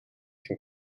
can